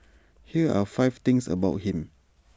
here are five things about him